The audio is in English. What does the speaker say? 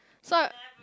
so I